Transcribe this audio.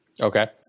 Okay